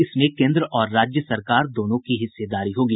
इसमें केन्द्र और राज्य सरकार दोनों की हिस्सेदारी होगी